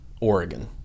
Oregon